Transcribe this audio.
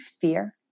fear